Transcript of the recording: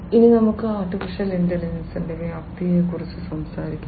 ഇനി നമുക്ക് AI യുടെ വ്യാപ്തിയെക്കുറിച്ച് സംസാരിക്കാം